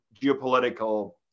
geopolitical